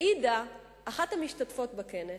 העידה אחת המשתתפות בכנס,